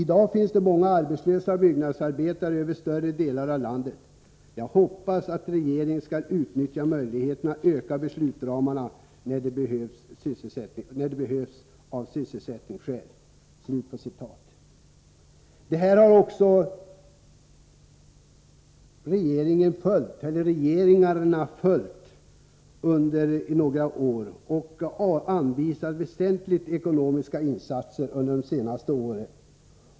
I dag finns det många arbetslösa byggnadsarbetare över större delar av landet, jag hoppas att regeringen skall utnyttja möjligheterna att öka beslutsramarna när det behövs av sysselsättningsskäl.” Detta råd har regeringarna också följt och anvisat väsentliga ekonomiska insatser under de senare åren.